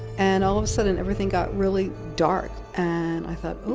and all of a sudden everything got really dark. and i thought, oh,